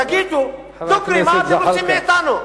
תגידו דוגרי מה אתם רוצים מאתנו.